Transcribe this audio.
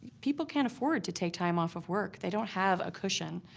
people can't afford to take time off of work. they don't have a cushion,